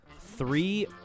Three